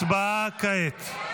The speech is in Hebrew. הצבעה כעת.